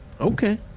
okay